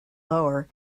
lower